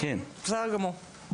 בסדר גמור.